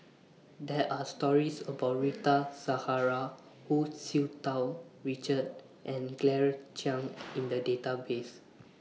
There Are stories about Rita Zahara Hu Tsu Tau Richard and Claire Chiang in The Database